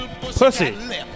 Pussy